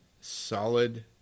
solid